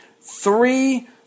Three